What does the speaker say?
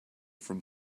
from